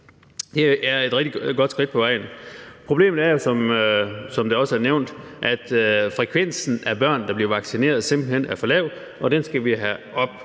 her er et rigtig godt skridt på vejen. Problemet er jo, som det også er nævnt, at frekvensen af børn, der bliver vaccineret, simpelt hen er for lav, og den skal vi have op.